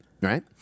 Right